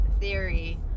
theory